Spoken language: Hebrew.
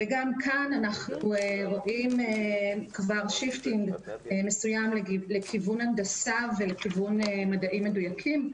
גם כאן אנו רואים כבר תזוזה מסוימת לכיוון הנדסה ומדעים מדויקים.